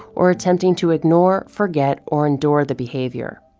or attempting to ignore, forget, or endure the behavior.